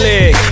Leg